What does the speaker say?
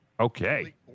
Okay